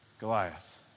Goliath